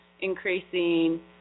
increasing